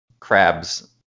crabs